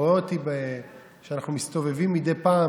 רואה אותי שאנחנו מסתובבים מדי פעם